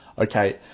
Okay